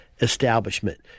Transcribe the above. Establishment